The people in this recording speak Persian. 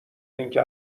اینکه